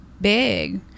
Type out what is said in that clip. big